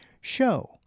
show